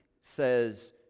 says